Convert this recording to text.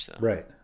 Right